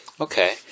Okay